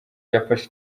yafashe